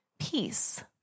peace